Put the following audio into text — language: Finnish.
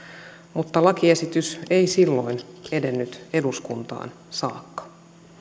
lakiesitys ei silloin edennyt eduskuntaan saakka